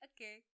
okay